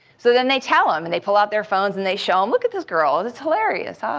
so then they tell him. and they pull out their phones and they show him. look at this girl, it's hilarious. ah